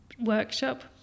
workshop